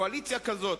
קואליציה כזאת,